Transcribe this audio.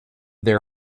their